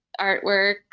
artwork